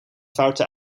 foute